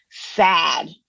sad